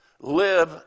Live